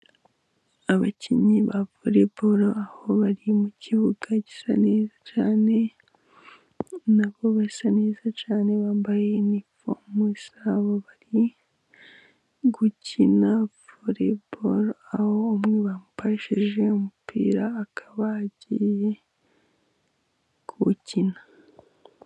Abakinnyi ba vore boro, aho bari mu kibuga gisa neza cyane nabo basa neza cyane, bambaye inifomu isa abo bari gukina vore boro, aho umwe bamupashije umupira akaba agiye kuwukina.